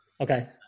Okay